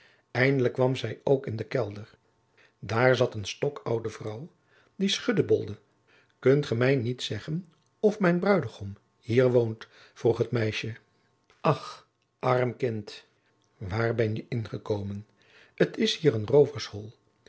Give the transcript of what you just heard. eindelijk kwam zij ook in den kelder daar zat een stokoude vrouw die schuddebolde kunt ge mij niet zeggen of mijn bruidegom hier woont vroeg het meisje ach arm kind waar ben je ingekomen het is hier een